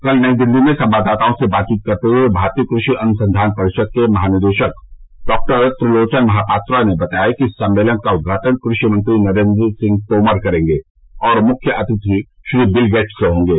कल नई दिल्ली में संवाददाताओं से बातचीत करते हुए भारतीय कृषि अनुसंधान परिषद के महानिदेशक डॉक्टर त्रिलोचन महापात्रा ने बताया कि सम्मेलन का उदघाटन क्रषि मंत्री नरेन्द्र सिंह तोमर करेंगे और मुख्य अतिथि श्री बिल गेट्स होंगे